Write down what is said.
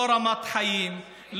לא רמת חיים,